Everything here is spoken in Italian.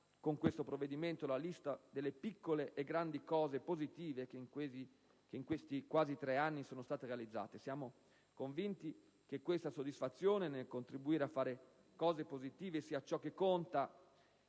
con questo provvedimento la lista delle piccole e grandi cose positive che in questi quasi tre anni sono state realizzate. Siamo convinti che questa soddisfazione nel contribuire a fare cose positive sia ciò che conta,